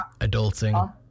adulting